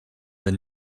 the